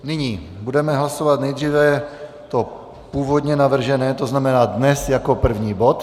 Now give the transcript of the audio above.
Nyní budeme hlasovat nejdříve to původně navržené, to znamená dnes jako první bod.